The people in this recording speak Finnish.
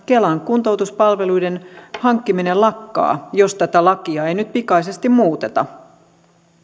kelan kuntoutuspalveluiden hankkiminen lakkaa jos tätä lakia ei nyt pikaisesti muuteta